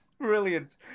brilliant